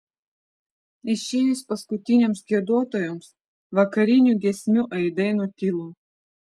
išėjus paskutiniams giedotojams vakarinių giesmių aidai nutilo